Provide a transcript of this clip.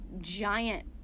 giant